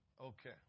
Okay